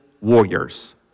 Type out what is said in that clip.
warriors